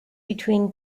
between